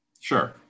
Sure